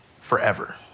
forever